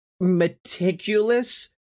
meticulous